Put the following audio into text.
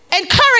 encourage